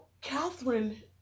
Catherine